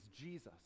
Jesus